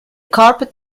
carpet